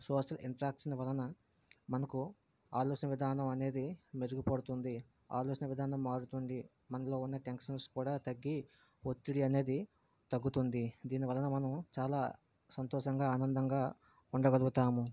social interaction వలన మనకు ఆలోచన విధానం అనేది మెరుగుపడుతుంది ఆలోచన విధానం మారుతుంది మనలో ఉన్న టెన్షన్స్ కూడా తగ్గి ఒత్తిడి అనేది తగ్గుతుంది దీని వలన మనం చాలా సంతోషంగా ఆనందంగా ఉండగలుగుతాము